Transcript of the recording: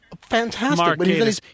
Fantastic